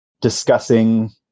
discussing